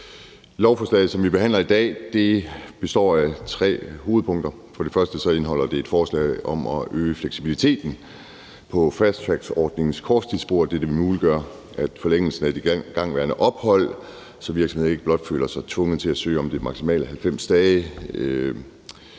Lovforslaget, som vi behandler i dag, består af tre hovedpunkter. For det første indeholder det et forslag om at øge fleksibiliteten på fasttrickordningens korttidsspor. Dette muliggør forlængelsen af et igangværende ophold, så virksomheder ikke føler sig tvunget til at søge om de maksimale 90 dage.